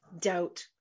Doubt